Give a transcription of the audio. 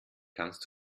kannst